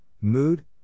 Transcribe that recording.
mood